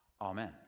Amen